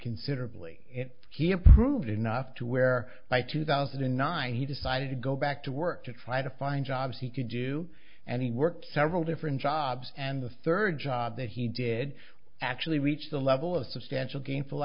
considerably he improved enough to where by two thousand and nine he decided to go back to work to try to find jobs he could do and he worked several different jobs and the third job that he did actually reach the level of substantial gainful